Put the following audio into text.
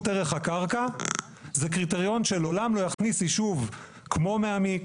ערך הקרקע זה קריטריון שלעולם לא יכניס יישוב כמו בני עמי,